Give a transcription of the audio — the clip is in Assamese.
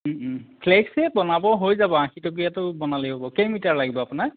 ফ্লেগছ্ হে বনাব হৈ যাব আশী টকীয়াটো বনালেই হ'ব কেইমিটাৰ লাগিব আপোনাক